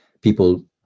people